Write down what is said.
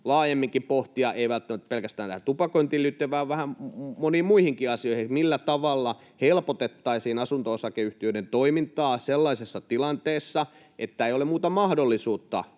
laajemminkin pohtia — ei välttämättä pelkästään tupakointiin liittyen vaan moniin muihinkin asioihin — millä tavalla helpotettaisiin asunto-osakeyhtiöiden toimintaa sellaisessa tilanteessa, että ei ole muuta mahdollisuutta